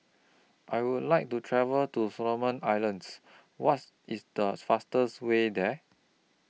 I Would like to travel to Solomon Islands What IS The fastest Way There